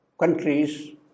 countries